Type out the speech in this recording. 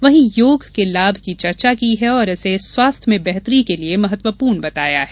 वहीं योग के लाभ की चर्चा की है और इसे स्वास्थ्य में बेहतरी के लिए महत्वपूर्ण बताया है